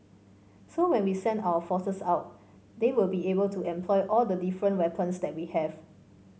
so when we send our forces out they will be able to employ all the different weapons that we have